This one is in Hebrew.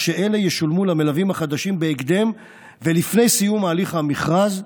שאלה ישולמו למלווים החדשים בהקדם ולפני סיום הליך המכרז,